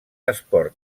esport